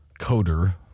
coder